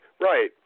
Right